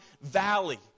Valley